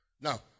Now